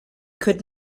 could